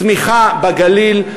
צמיחה בגליל,